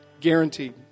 Guaranteed